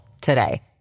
today